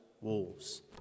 wolves